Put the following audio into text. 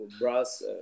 Brass